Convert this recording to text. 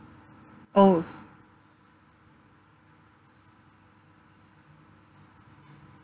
oh